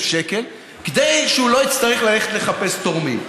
שקל כדי שהוא לא יצטרך ללכת לחפש תורמים.